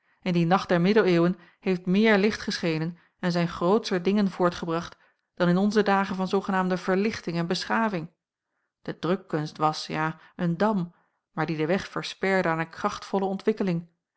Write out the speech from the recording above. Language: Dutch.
in die nacht der middeleeuwen heeft meer licht geschenen en zijn grootscher dingen voortgebracht dan in onze dagen van zoogenaamde verlichting en beschaving de drukkunst was ja een dam maar die den weg versperde aan een krachtvolle ontwikkeling